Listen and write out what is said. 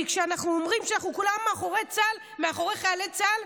כי כשאנחנו אומרים שאנחנו כולנו מאחורי חיילי צה"ל,